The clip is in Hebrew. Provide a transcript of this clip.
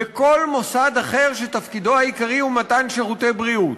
בכל מוסד אחר שתפקידו העיקרי הוא מתן שירותי בריאות,